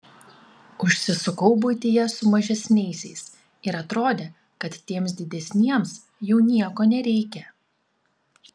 užsisukau buityje su mažesniaisiais ir atrodė kad tiems didesniems jau nieko nereikia